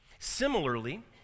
Similarly